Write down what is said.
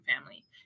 family